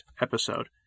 episode